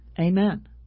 Amen